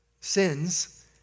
sins